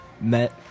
met